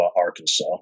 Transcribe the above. Arkansas